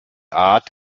art